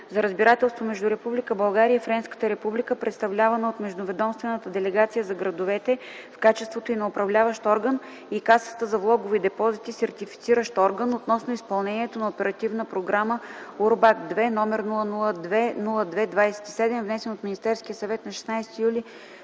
за разбирателство между Република България и Френската република, представлявана от Междуведомствена делегация за градовете в качеството й на Управляващ орган и Каса за влогове и депозити – Сертифициращ орган, относно изпълнението на Оперативна програма „УРБАКТ ІІ”, № 002-02-27, внесен от Министерски съвет, да бъде